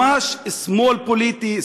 ממש שמאל פוליטי,